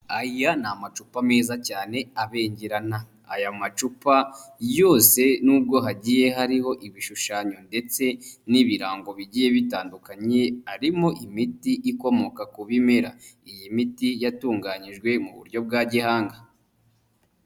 Aya ni amacupa meza cyane abengerana. Aya macupa yose n'ubwo hagiye hariho ibishushanyo ndetse n'ibirango bigiye bitandukanye, harimo imiti ikomoka ku bimera, iyi miti yatunganyijwe mu buryo bwa gihanga.